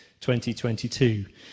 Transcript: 2022